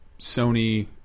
Sony